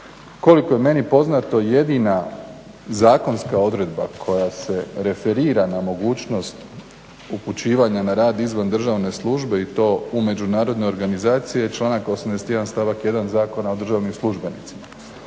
Koliko je meni poznato jedina zakonska odredba koja se referira na mogućnost upućivanja na rad izvan državne službe i to u međunarodne organizacije je članak 81. stavak 1. Zakona o državnim službenicima.